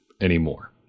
anymore